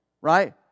Right